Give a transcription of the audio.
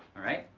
all right?